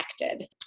connected